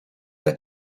let